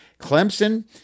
Clemson